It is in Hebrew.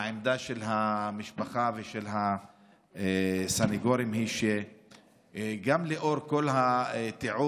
העמדה של המשפחה ושל הסנגורים היא שגם לנוכח כל התיעוד